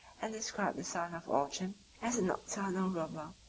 and describe the son of orchan as a nocturnal robber,